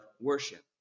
worship